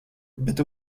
bet